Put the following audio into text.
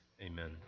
Amen